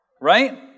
right